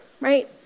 right